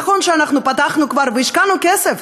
נכון שפתחנו כבר והשקענו כסף,